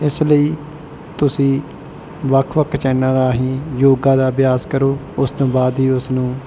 ਇਸ ਲਈ ਤੁਸੀਂ ਵੱਖ ਵੱਖ ਚੈਨਲ ਰਾਹੀਂ ਯੋਗਾ ਦਾ ਅਭਿਆਸ ਕਰੋ ਉਸ ਤੋਂ ਬਾਅਦ ਹੀ ਉਸਨੂੰ